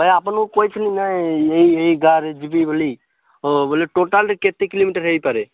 ଭାଇ ଆପଣଙ୍କୁ କହିଥିଲି ନା ଏଇ ଏଇ ଗାଁ ରେ ଯିବି ବୋଲି ହ ବେଲେ ଟୋଟାଲ୍ରେ କେତେ କିଲୋମିଟର ହେଇପାରେ